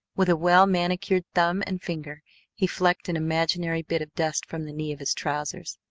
with a well-manicured thumb and finger he flecked an imaginary bit of dust from the knee of his trousers.